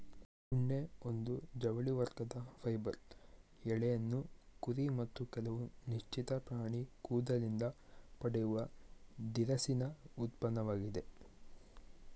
ಉಣ್ಣೆ ಒಂದು ಜವಳಿ ವರ್ಗದ ಫೈಬರ್ ಎಳೆಯನ್ನು ಕುರಿ ಮತ್ತು ಕೆಲವು ನಿಶ್ಚಿತ ಪ್ರಾಣಿ ಕೂದಲಿಂದ ಪಡೆಯುವ ದಿರಸಿನ ಉತ್ಪನ್ನವಾಗಿದೆ